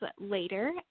later